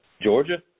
Georgia